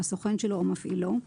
הסוכן שלו או מפעילו,